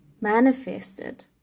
manifested